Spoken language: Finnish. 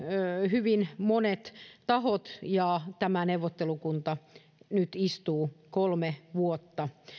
hyvin monet tahot ja tämä neuvottelukunta istuu nyt kolme vuotta